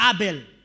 Abel